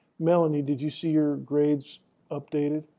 melanie, did you see your grades updated?